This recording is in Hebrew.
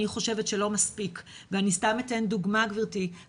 אני חושבת שזה לא מספיק ואני סתם אתן דוגמא גברתי,